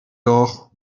doch